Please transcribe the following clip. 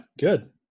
good